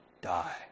die